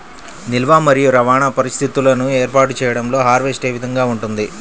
నిల్వ మరియు రవాణా పరిస్థితులను ఏర్పాటు చేయడంలో హార్వెస్ట్ ఏ విధముగా ఉంటుంది?